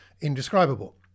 indescribable